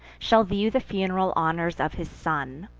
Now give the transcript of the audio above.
shall view the fun'ral honors of his son.